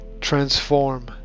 Transform